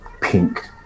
pink